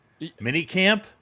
Minicamp